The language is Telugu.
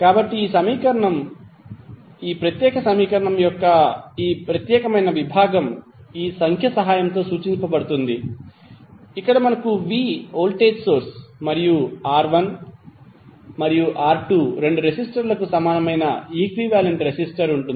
కాబట్టి ఈ సమీకరణం ఈ ప్రత్యేక సమీకరణం యొక్క ఈ ప్రత్యేక విభాగం ఈ సంఖ్య సహాయంతో సూచింపబడుతుంది ఇక్కడ మనకు v వోల్టేజ్ సోర్స్ మరియు R1 మరియు R2 రెండు రెసిస్టర్లకు సమానమైన ఈక్వివాలెంట్ రెసిస్టర్ ఉంటుంది